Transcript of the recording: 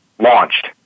Launched